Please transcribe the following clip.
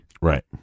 Right